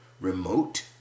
remote